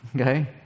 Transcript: okay